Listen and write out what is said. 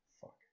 Fuck